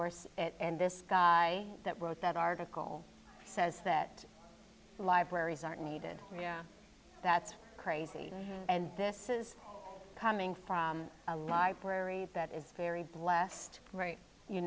worse and this guy that wrote that article says that libraries are needed that's crazy and this is coming from a library that is very blessed right you